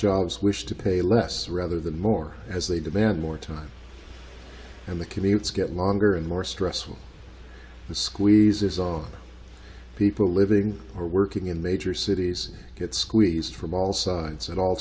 jobs wish to pay less rather than more as they demand more time and the commutes get longer and more stressful the squeeze is on people living or working in major cities get squeezed from all sides at all